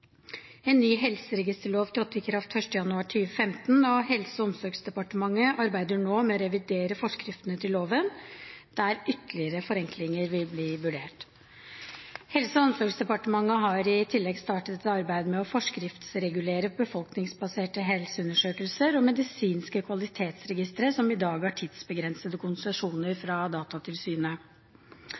En ny helseregisterlov trådte i kraft 1. januar 2015, og Helse- og omsorgsdepartementet arbeider nå med å revidere forskriftene til loven, der ytterligere forenklinger vil bli vurdert. Helse- og omsorgsdepartementet har i tillegg startet et arbeid med å forskriftsregulere befolkningsbaserte helseundersøkelser og medisinske kvalitetsregistre, som i dag har tidsbegrensede konsesjoner fra Datatilsynet.